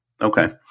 Okay